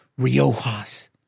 Riojas